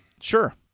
Sure